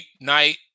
night